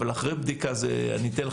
אבל אחרי בדיקה זה נכון.